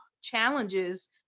challenges